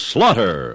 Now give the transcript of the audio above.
Slaughter